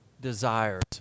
desires